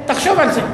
תחשוב על זה.